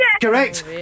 Correct